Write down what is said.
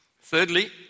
Thirdly